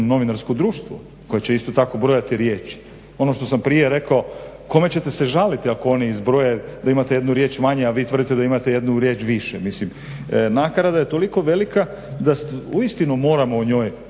Novinarsko društvo koje će isto tako brojati riječi. Ono što sam prije rekao kome ćete se žaliti ako oni izbroje da imate jednu riječ manje a vi tvrdite da imate jednu riječ više. Mislim, naklada je toliko velika da uistinu moramo o njoj